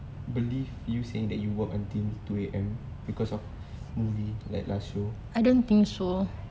believe you saying that you work until two A_M because of movie like last show